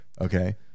Okay